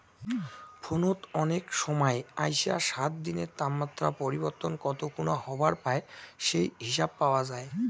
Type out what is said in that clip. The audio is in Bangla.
ফোনত কনেক সমাই আইসা সাত দিনের তাপমাত্রা পরিবর্তন কত খুনা হবার পায় সেই হিসাব পাওয়া যায়